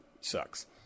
sucks